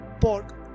Pork